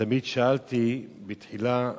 תמיד שאלתי בתחילה,